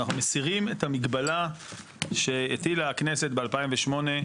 אנחנו מסירים את המגבלה שהטילה הכנסת ב-2008,